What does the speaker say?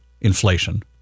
inflation